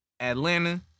Atlanta